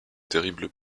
terribles